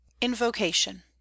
invocation